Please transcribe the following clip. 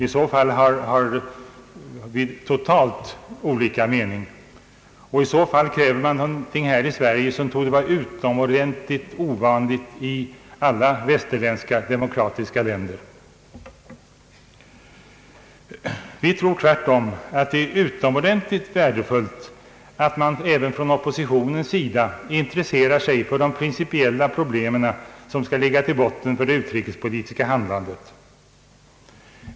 I så fall har vi totalt olika mening, och i så fall kräver man i Sverige något som torde vara utomordentligt ovanligt i alla västerländska demokratiska länder. Vi tror tvärtom att det är utomordentligt värdefullt att man även från oppositionens sida intresserar sig för de principiella ståndpunkter som ligger till grund för det utrikespolitiska handlandet.